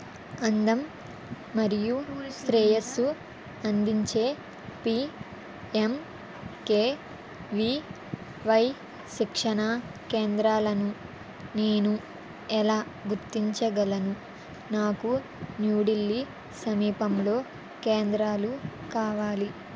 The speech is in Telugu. అందం మరియు శ్రేయస్సు అందించే పీఎంకేవివై శిక్షణా కేంద్రాలను నేను ఎలా గుర్తించగలను నాకు న్యూఢిల్లీ సమీపంలో కేంద్రాలు కావాలి